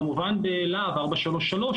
כמובן בלהב 433,